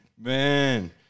Man